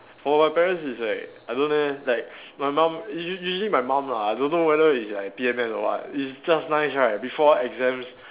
for my parents is like I don't know leh like my mum usually usually my mum lah I don't know whether is like P_M_S or what it's just nice right before exams